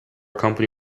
company